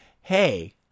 Hey